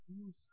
use